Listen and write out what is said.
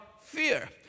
Fear